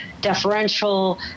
deferential